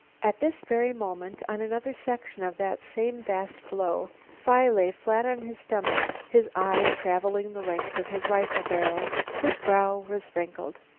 at this very moment, on another section of that same vast floe, phi lay flat on his stomach, his eye traveling the length of his rifle barrel. his brow was wrinkled.